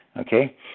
Okay